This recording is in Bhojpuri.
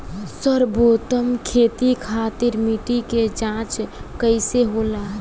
सर्वोत्तम खेती खातिर मिट्टी के जाँच कईसे होला?